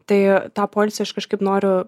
tai tą poilsį aš kažkaip noriu